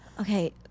Okay